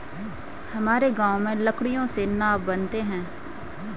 हमारे गांव में लकड़ियों से नाव बनते हैं